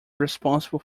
responsible